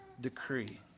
decree